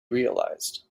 realized